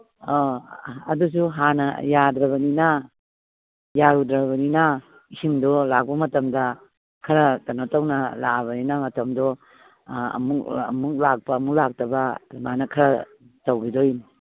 ꯑꯥ ꯑꯗꯨꯁꯨ ꯍꯥꯟꯅ ꯌꯥꯗ꯭ꯔꯕꯅꯤꯅ ꯌꯥꯔꯨꯗ꯭ꯔꯕꯅꯤꯅ ꯏꯁꯤꯡꯗꯣ ꯂꯥꯛꯄ ꯃꯇꯝꯗ ꯈꯔ ꯀꯩꯅꯣ ꯇꯧꯅ ꯂꯥꯛꯑꯕꯅꯤꯅ ꯃꯇꯝꯗꯣ ꯑꯃꯨꯛ ꯂꯥꯛꯄ ꯑꯃꯨꯛ ꯂꯥꯛꯇꯕ ꯑꯗꯨꯃꯥꯏꯅ ꯈꯔ ꯇꯧꯒꯤꯗꯣꯏꯅꯤ